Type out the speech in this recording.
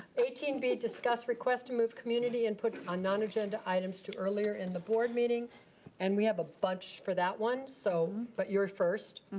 eighteen b discuss request to move community and put ah non agenda items to earlier in the board meeting and we have a bunch for that one, so but you're first.